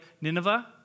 Nineveh